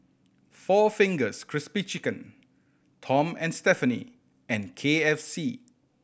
Four Fingers Crispy Chicken Tom and Stephanie and K F C